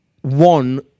one